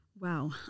wow